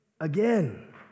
again